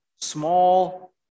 small